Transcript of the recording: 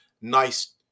nice